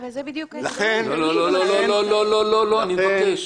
אבל זה בדיוק --- לא, אני מבקש.